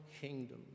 kingdom